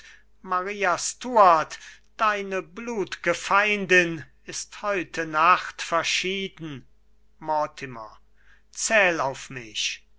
maria stuart deine blut'ge feindin ist heute nacht verschieden mortimer zähl auf micht